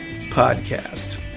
podcast